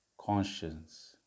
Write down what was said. conscience